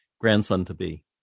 grandson-to-be